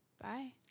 Bye